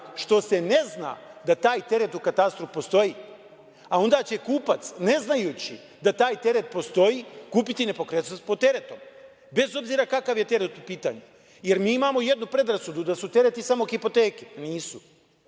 što se ne zna da taj teret u katastru postoji. A onda će kupac, ne znajući da taj teret postoji, kupiti nepokretnost pod teretom, bez obzira kakav je teret u pitanju. Jer, mi imamo jednu predrasudu da su tereti samo hipoteke. Nisu.